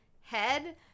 head